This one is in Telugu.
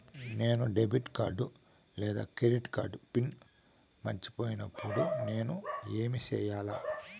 నేను డెబిట్ కార్డు లేదా క్రెడిట్ కార్డు పిన్ మర్చిపోయినప్పుడు నేను ఏమి సెయ్యాలి?